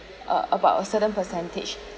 uh about a certain percentage